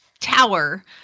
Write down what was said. tower